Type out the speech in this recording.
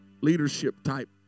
leadership-type